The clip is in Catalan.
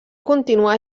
continua